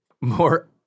more